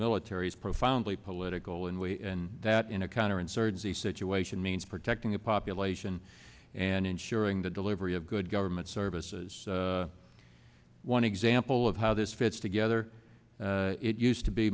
military is profoundly political and way and that in a counterinsurgency situation means protecting a population and ensuring the delivery of good government services one example of how this fits together it used to be